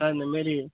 sir இந்தமாரி